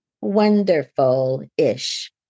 wonderful-ish